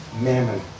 mammon